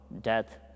death